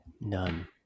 None